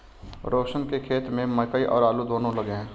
रोशन के खेत में मकई और आलू दोनो लगे हैं